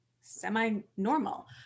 semi-normal